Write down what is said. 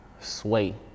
Sway